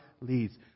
leads